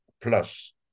plus